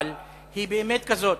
אבל היא באמת כזאת.